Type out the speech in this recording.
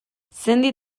sendi